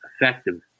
effective